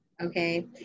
okay